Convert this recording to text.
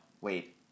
wait